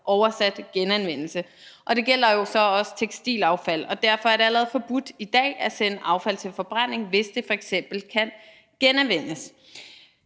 oversat: genanvendelse – og det gælder jo så også tekstilaffald. Derfor er det allerede i dag forbudt at sende affald til forbrænding, hvis det f.eks. kan genanvendes.